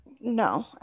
No